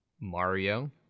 mario